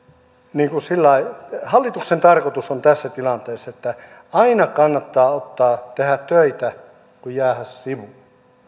sillä lailla hallituksen tarkoitus on tässä tilanteessa että aina kannattaa ottaa tehdä töitä mieluummin kuin jäädä sivuun